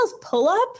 pull-up